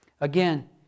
again